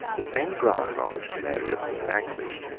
the same ground on which galerius was vanquished,